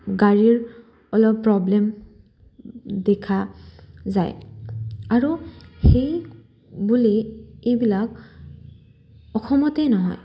গাড়ীৰ অলপ প্ৰব্লেম দেখা যায় আৰু সেই বুলি এইবিলাক অসমতেই নহয়